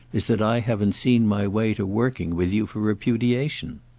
is that i haven't seen my way to working with you for repudiation.